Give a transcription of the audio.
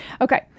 Okay